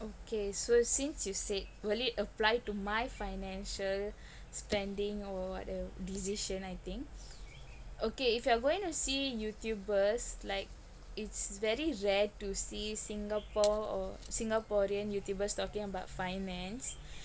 okay so since you said will it apply to my financial spending or what the decision I think okay if you're going to see youtubers like it's very rare to see singapore or singaporean youtubers talking about finance